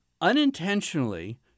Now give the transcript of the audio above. unintentionally